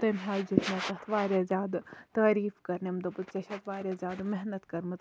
تہٕ تٔمۍ لَجے تہٕ واریاہ زیادٕ تعٲریٖف کَرٕنۍ دوٚپُکھ ژٕ چھَتھ واریاہ زیادٕ محنت کٔرمٕژ